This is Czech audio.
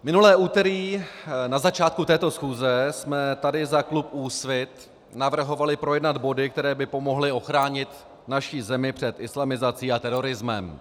Minulé úterý na začátku této schůze jsme tady za klub Úsvit navrhovali projednat body, které by pomohly ochránit naši zemi před islamizací a terorismem.